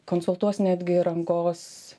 konsultuos netgi rangovas